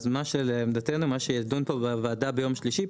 אז מה שלעמדתנו מה שידון פה בוועדה ביום שלישי,